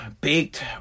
baked